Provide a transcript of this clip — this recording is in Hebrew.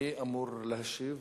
מי אמור להשיב?